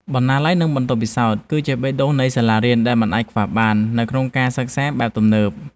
បណ្ណាល័យនិងបន្ទប់ពិសោធន៍ គឺជាបេះដូងនៃសាលារៀនដែលមិនអាចខ្វះបាននៅក្នុងការសិក្សាបែបទំនើប។